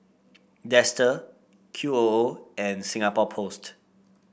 Dester Q O O and Singapore Post